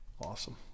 Awesome